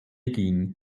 ging